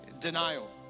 Denial